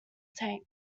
tank